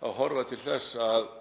að horfa til þess að